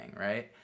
right